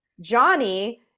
Johnny